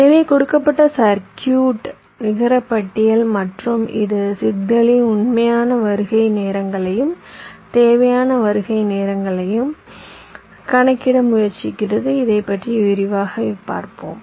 எனவே கொடுக்கப்பட்ட சர்க்யூட் நிகரப்பட்டியல் மற்றும் இது சிக்னல்களின் உண்மையான வருகை நேரங்களையும் தேவையான வருகை நேரங்களையும் கணக்கிட முயற்சிக்கிறது இதைப் பற்றி விரிவாகப் பார்ப்போம்